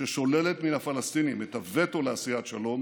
ששוללת מן הפלסטינים את הווטו לעשיית שלום,